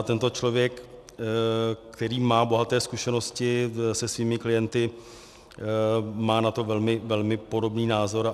Tento člověk, který má bohaté zkušenosti se svými klienty, má na to velmi podobný názor.